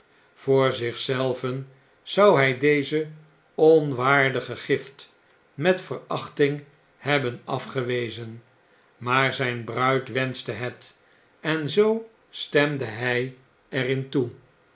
voor zich zelven zou hij deze onwaardige gift met verachting hebben afgewezen maar zijn bruid wenschte het en zoo stemde hij er in toe